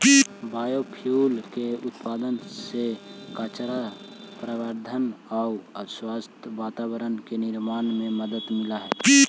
biofuel के उत्पादन से कचरा प्रबन्धन आउ स्वच्छ वातावरण के निर्माण में मदद मिलऽ हई